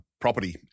property